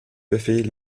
befehl